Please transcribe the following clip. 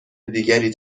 دیگری